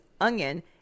onion